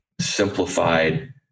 simplified